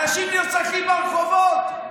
אנשים נרצחים ברחובות.